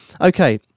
okay